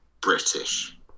british